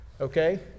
okay